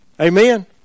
Amen